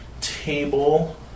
table